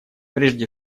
прежде